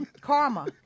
karma